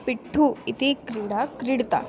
पिट्ठु इति क्रीडा क्रीडता